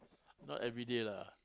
not everyday lah